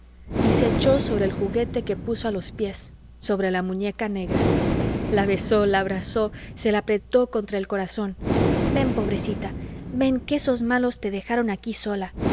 y se echó sobre el juguete que puso a los pies sobre la muñeca negra la besó la abrazó se la apretó contra el corazón ven pobrecita ven que esos malos te dejaron aquí sola